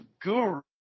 guru